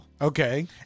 Okay